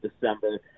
December